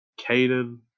Caden